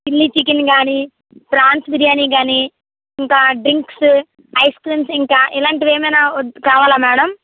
chilli chicken కాని prawns biryani కాని ఇంకా డ్రింక్స్ ఐస్ క్రీమ్స్ ఇంకా ఇలాంటివి ఏమైనా ఒద్ కావాలా మేడం